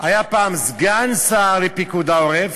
היה פעם סגן השר לפיקוד העורף,